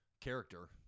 character